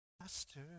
Master